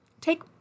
Take